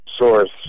source